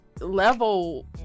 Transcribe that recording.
level